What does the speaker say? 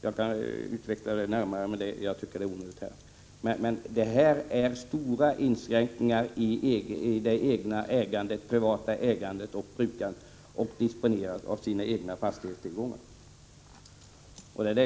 Jag skulle kunna utveckla detta närmare, men det är onödigt. Det innebär stora inskränkningar i det privata ägandet och brukandet och för möjligheten att disponera egna fastighetstillgångar.